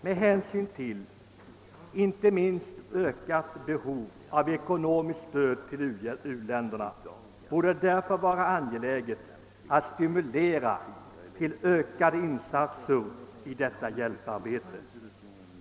Med hänsyn inte minst till det ökade behovet av ekonomiskt stöd till u-länderna borde det vara angeläget att stimulera till ökade insatser i detta hjälparbete.